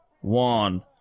one